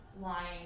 lying